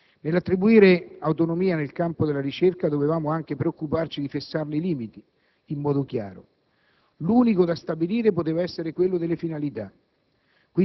Nell'attribuire autonomia nel campo della ricerca, dovevamo anche preoccuparci di fissarne i limiti in modo chiaro: l'unico da stabilire poteva essere quello delle finalità,